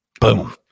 Boom